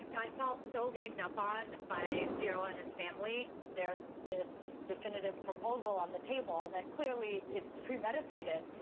i felt so ganged up on by veeral and his family. there's this definitive proposal on the table that clearly, it's premeditated.